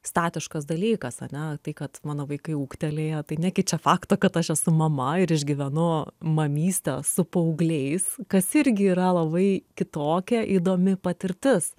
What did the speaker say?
statiškas dalykas ane tai kad mano vaikai ūgtelėję tai nekeičia fakto kad aš esu mama ir išgyvenu mamystę su paaugliais kas irgi yra labai kitokia įdomi patirtis